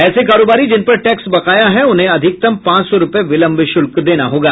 ऐसे कारोबारी जिनपर टैक्स बकाया है उन्हें अधिकतम पांच सौ रूपये बिलंव शुल्क देना होगा